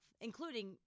including